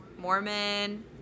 Mormon